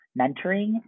mentoring